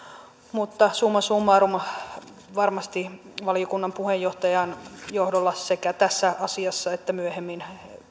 mutta summa summarum varmasti valiokunnan puheenjohtajan johdolla sekä tässä asiassa että myöhemmin